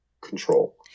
control